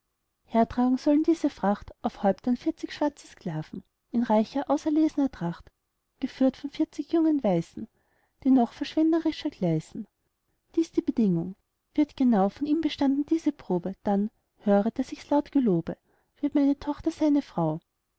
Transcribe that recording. hertragen sollen diese fracht auf häupten vierzig schwarze sklaven in reicher auserlesner tracht geführt von vierzig jungen weißen die noch verschwenderischer gleißen dies die bedingung wird genau von ihm bestanden diese probe dann höre daß ich's laut gelobe wird meine tochter seine frau